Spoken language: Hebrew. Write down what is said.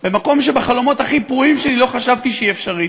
במקום שבחלומות הכי פרועים שלי לא חשבתי שהיא אפשרית,